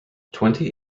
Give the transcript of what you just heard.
twenty